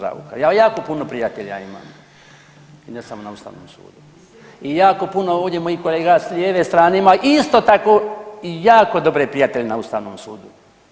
Raukar, ja jako puno prijatelja imam i ne samo na Ustavnom sudu i jako puno ovdje mojih kolega s lijeve strane imaju isto tako i jako dobre prijatelje na Ustavnom sudu.